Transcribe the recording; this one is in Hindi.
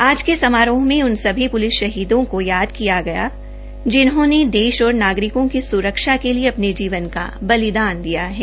आज के समारोह में उन सभी शहीदों को याद यिका गया जिन्होंने देश और नागरिकों की सुरक्षा के लिए अपने जीवन का बलिदान दिया है